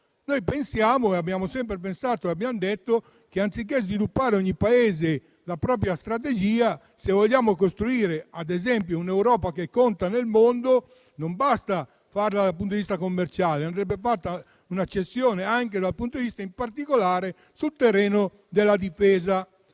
Noi abbiamo sempre pensato e detto che, anziché sviluppare ogni Paese la propria strategia, se vogliamo costruire, ad esempio, un'Europa che conti nel mondo, non basta farlo dal punto di vista commerciale, ma andrebbe fatta una cessione, in particolare sul terreno della difesa.